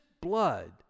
blood